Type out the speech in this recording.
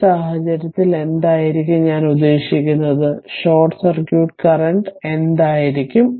ഈ സാഹചര്യത്തിൽ എന്തായിരിക്കും ഞാൻ ഉദ്ദേശിക്കുന്നത് ഷോർട്ട് സർക്യൂട്ട് കറന്റ് എന്തായിരിക്കും